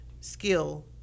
skill